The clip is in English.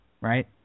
right